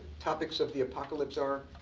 topics of the apocalypse are,